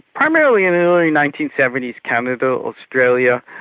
primarily in early nineteen seventy s canada, australia,